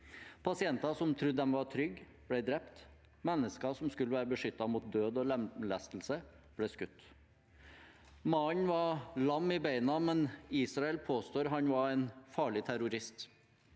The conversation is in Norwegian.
Pasienter som trodde de var trygge, ble drept. Mennesker som skulle være beskyttet mot død og lemlestelse, ble skutt. Mannen var lam i bena, men Israel påstår han var en farlig terrorist